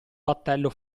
battello